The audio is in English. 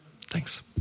Thanks